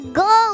go